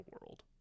world